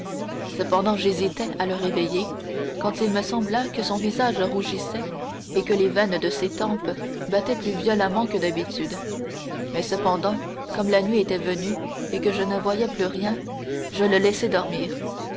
cependant j'hésitais à le réveiller quand il me sembla que son visage rougissait et que les veines de ses tempes battaient plus violemment que d'habitude mais cependant comme la nuit était venue et que je ne voyais plus rien je le laissai dormir